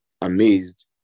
amazed